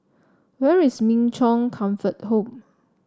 where is Min Chong Comfort Home